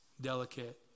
delicate